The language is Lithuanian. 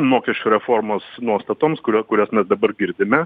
mokesčių reformos nuostatoms kurios kurias mes dabar girdime